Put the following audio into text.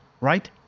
right